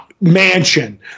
mansion